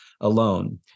alone